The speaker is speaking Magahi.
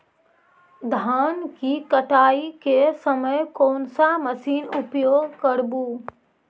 धान की कटाई के समय कोन सा मशीन उपयोग करबू?